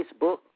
Facebook